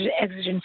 exigent